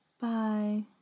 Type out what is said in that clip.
Bye